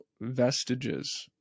vestiges